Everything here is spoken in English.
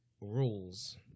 Rules